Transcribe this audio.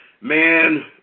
Man